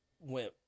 went